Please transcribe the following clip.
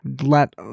let